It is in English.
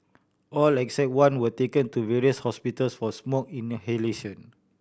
all except one were taken to various hospitals for smoke inhalation